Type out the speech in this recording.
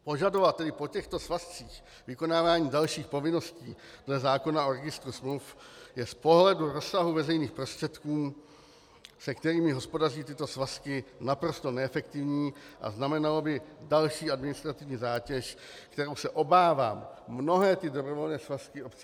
Požadovat tedy po těchto svazcích vykonávání dalších povinností dle zákona o Registru smluv je z pohledu rozsahu veřejných prostředků, s kterými hospodaří tyto svazky, naprosto neefektivní a znamenalo by další administrativní zátěž, kterou by, obávám se, mnohé dobrovolné svazky obcí nemohly vůbec naplňovat.